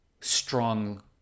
strong